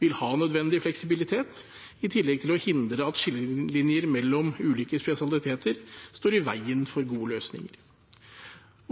vil ha nødvendig fleksibilitet, i tillegg til å hindre at skillelinjer mellom ulike spesialiteter står i veien for gode løsninger.